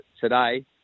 today